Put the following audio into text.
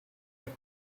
are